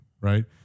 right